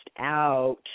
out